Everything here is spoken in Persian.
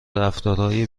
رفتارهای